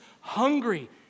hungry